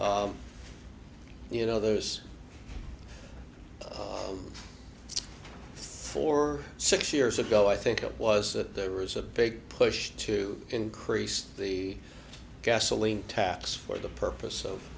you know others for six years ago i think it was that there was a big push to increase the gasoline tax for the purpose of